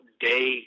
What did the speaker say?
day